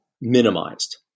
minimized